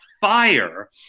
fire